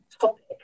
topic